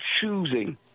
choosing